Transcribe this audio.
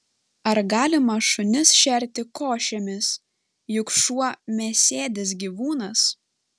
ar galima šunis šerti košėmis juk šuo mėsėdis gyvūnas